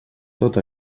tot